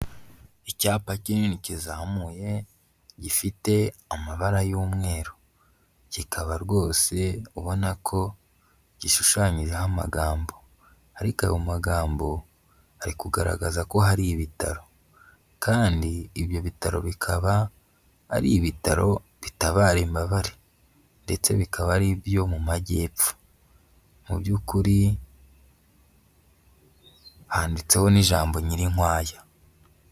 Icyapa kinini kizamuye, gifite amabara y'umweru. Kikaba rwose ubona ko gishushanyijeho amagambo. Ariko ayo magambo, ari kugaragaza ko hari ibitaro, kandi ibyo bitaro bikaba ari ibitaro bitabara imbabare, ndetse bikaba ari ibyo mu majyepfo, mu by'ukuri handitseho n'ijambo:" Nyirinkwaya".